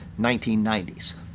1990s